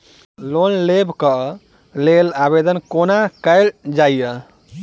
Loan लेबऽ कऽ लेल आवेदन कोना कैल जाइया?